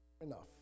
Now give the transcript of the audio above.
Enough